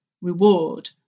reward